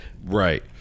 Right